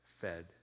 fed